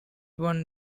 won